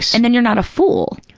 and then you're not a fool.